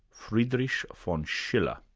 friedreich von schiller.